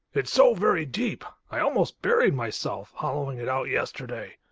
it's so very deep! i almost buried myself, hollowing it out yesterday.